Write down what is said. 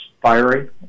fiery